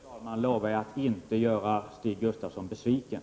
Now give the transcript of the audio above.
Fru talman! På den punkten lovar jag att inte göra Stig Gustafsson besviken.